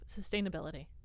sustainability